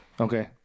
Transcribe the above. Okay